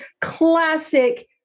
classic